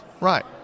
Right